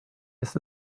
ist